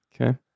Okay